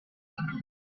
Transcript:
her